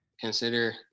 consider